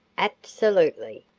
absolutely.